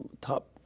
top